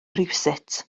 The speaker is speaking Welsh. rywsut